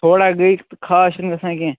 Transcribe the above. تھوڑا گٔے تہٕ خاص چھےٚ نہٕ گژھان کیٚنٛہہ